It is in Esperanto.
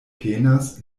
penas